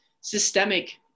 systemic